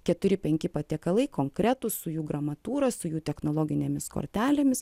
keturi penki patiekalai konkretūs su jų gramatūra su jų technologinėmis kortelėmis